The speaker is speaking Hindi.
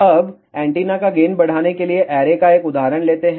अब एंटीना का गेन बढ़ाने के लिए ऐरे का एक उदाहरण लेते हैं